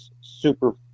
super